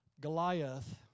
Goliath